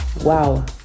Wow